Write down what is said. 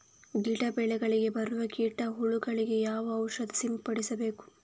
ಗಿಡ, ಬೆಳೆಗಳಿಗೆ ಬರುವ ಕೀಟ, ಹುಳಗಳಿಗೆ ಯಾವ ಔಷಧ ಸಿಂಪಡಿಸಬೇಕು?